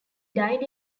died